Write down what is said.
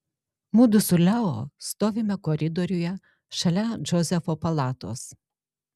mudu su leo stovime koridoriuje šalia džozefo palatos